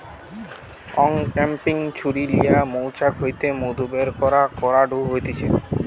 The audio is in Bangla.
অংক্যাপিং ছুরি লিয়া মৌচাক হইতে মধু বের করাঢু হতিছে